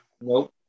Nope